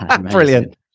Brilliant